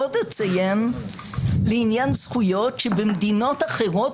עוד אציין לעניין זכויות שבמדינות אחרות